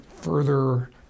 further